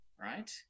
right